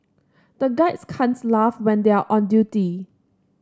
the guards can't laugh when they are on duty